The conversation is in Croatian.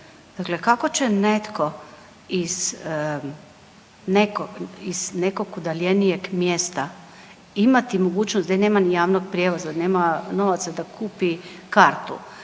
Dakle, kako će netko iz nekog, iz nekog udaljenijeg mjesta imati mogućnost gdje nema ni javnog prijevoza, nema novaca da kupi kartu,